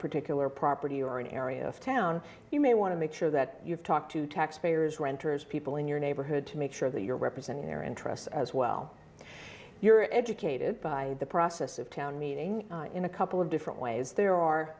particular property or an area of town you may want to make sure that you've talked to taxpayers renters people in your neighborhood to make sure that you're representing their interests as well you're educated by the process of town meeting in a couple of different ways there are